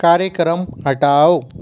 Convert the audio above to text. कार्यक्रम हटाओ